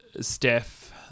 Steph